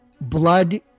Blood